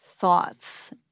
thoughts